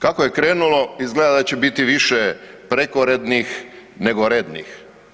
Kako je krenulo izgleda da će biti više prekorednih nego rednih.